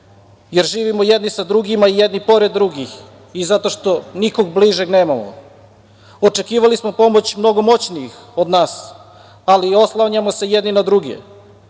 jer živimo jedni sa drugima, i jedni pored drugih i zato što nikog bližeg nemamo. Očekivali smo pomoć mnogo moćnijih od nas, ali oslanjamo se jedni na druge.